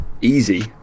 easy